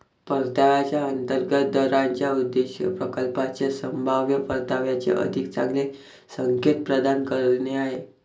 परताव्याच्या अंतर्गत दराचा उद्देश प्रकल्पाच्या संभाव्य परताव्याचे अधिक चांगले संकेत प्रदान करणे आहे